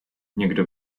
někdo